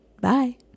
bye